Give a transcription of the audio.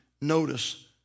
notice